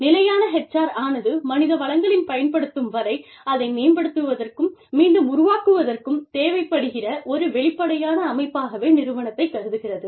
நிலையான HR ஆனது மனித வளங்களின் பயன்படுத்தும் வரை அதை மேம்படுத்துவதற்கும் மீண்டும் உருவாக்குவதற்கும் தேவைப்படுகிற ஒரு வெளிப்படையான அமைப்பாகவே நிறுவனத்தைக் கருதுகிறது